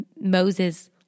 Moses